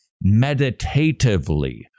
meditatively